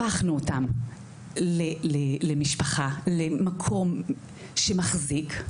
הפכנו אותם למשפחה, למקום שמחזיק.